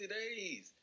days